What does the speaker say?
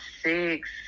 six